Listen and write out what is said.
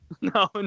No